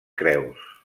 creus